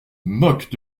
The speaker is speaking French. moquent